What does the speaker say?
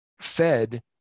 fed